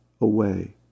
away